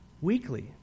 Weekly